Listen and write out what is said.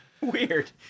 Weird